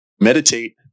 meditate